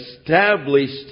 established